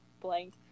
blank